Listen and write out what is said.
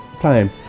time